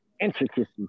Intricacy